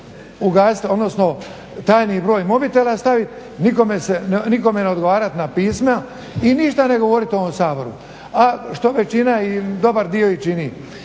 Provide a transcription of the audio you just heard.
ugasit, odnosno tajni broj mobitela stavit. Nikome ne odgovarat na pisma i ništa ne govorit u ovom Saboru, a što većina i dobar dio i čini.